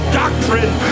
doctrine